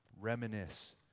reminisce